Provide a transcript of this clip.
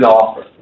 offer